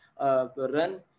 run